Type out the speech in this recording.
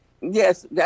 Yes